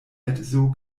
edzo